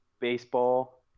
baseball